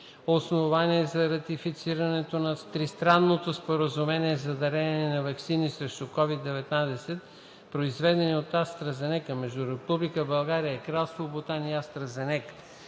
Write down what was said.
Основание за ратифицирането на Тристранното споразумение за дарение на ваксини срещу COVID-19, произведени от „АстраЗенека“, между Република България, Кралство Бутан и „АстраЗенека“